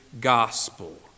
gospel